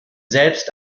selbst